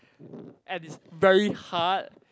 and it's very hard